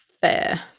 fair